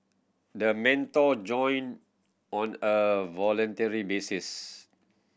the mentor join on a voluntary basis